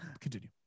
continue